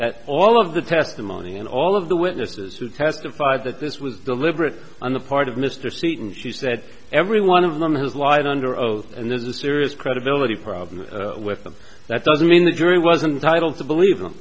that all of the testimony and all of the witnesses who testified that this was deliberate on the part of mr seaton she said every one of them has lied under oath and there's a serious credibility problem with them that doesn't mean the jury wasn't titled to believe